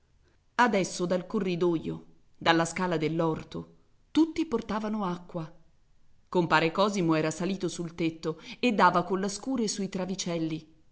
adesso dal corridoio dalla scala dell'orto tutti portavano acqua compare cosimo era salito sul tetto e dava con la scure sui travicelli